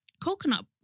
coconut